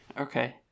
Okay